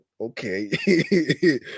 okay